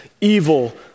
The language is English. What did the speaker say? evil